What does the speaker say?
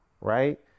right